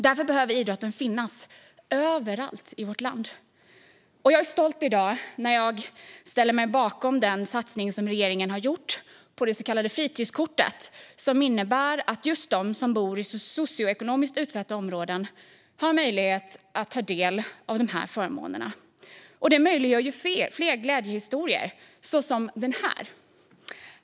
Därför behöver idrotten finnas överallt i vårt land, Jag är stolt i dag när jag ställer mig bakom den satsning som regeringen har gjort på det så kallade fritidskortet. Det innebär att just de som bor i socioekonomiskt utsatta områden har möjlighet att ta del av de förmånerna. Det möjliggör fler glädjehistorier som denna.